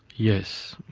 yes.